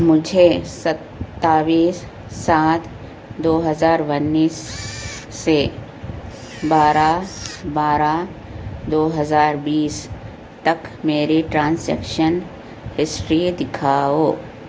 مجھے ستاویس سات دو ہزار ونیس سے بارہ بارہ دو ہزار بیس تک میری ٹرانزیکشن ہسٹری دکھاؤ